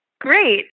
Great